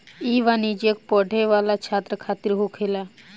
ई वाणिज्य पढ़े वाला छात्र खातिर होखेला